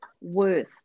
worth